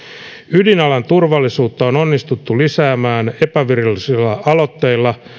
ydinalan turvallisuutta on onnistuttu lisäämään epävirallisilla aloitteilla